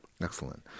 Excellent